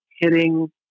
hitting